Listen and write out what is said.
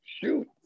shoot